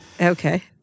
okay